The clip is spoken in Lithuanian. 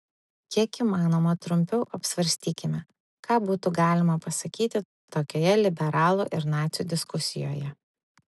kiek įmanoma trumpiau apsvarstykime ką būtų galima pasakyti tokioje liberalų ir nacių diskusijoje